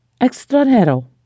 extranjero